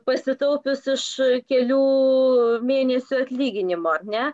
pasitaupius iš kelių mėnesių atlyginimo ar ne